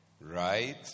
Right